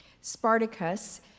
Spartacus